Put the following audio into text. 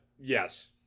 yes